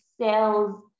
sales